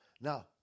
now